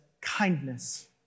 kindness